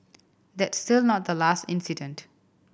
that's still not the last incident